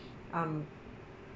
um